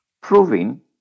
Proving